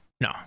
No